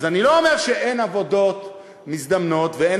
אז אני לא אומר שאין עבודות מזדמנות ואין